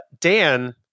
Dan